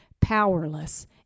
powerless